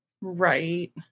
Right